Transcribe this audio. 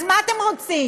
אז מה אתם רוצים,